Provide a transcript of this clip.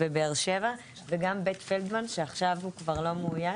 בבאר שבע וגם בית פלדמן שעכשיו הוא כבר לא מאויש.